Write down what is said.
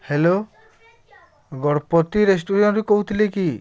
hello Gadpati ରେଷ୍ଟୁରାଣ୍ଟ୍ରୁ କହୁଥିଲେ କି